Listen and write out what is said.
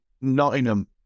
Nottingham